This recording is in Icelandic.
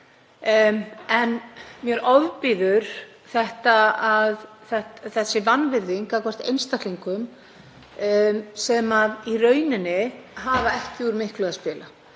en mér ofbýður þessi vanvirðing gagnvart einstaklingum sem í rauninni hafa ekki úr miklu að spila.